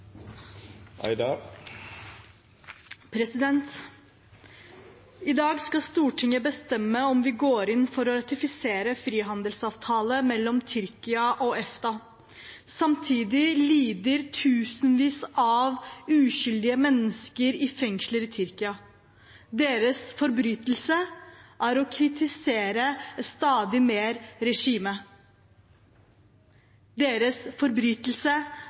I dag skal Stortinget bestemme om vi skal gå inn for å ratifisere frihandelsavtalen mellom Tyrkia og EFTA. Samtidig lider tusenvis av uskyldige mennesker i fengsler i Tyrkia. Deres forbrytelse er å kritisere regimet stadig mer. Deres forbrytelse